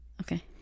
Okay